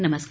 नमस्कार